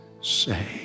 say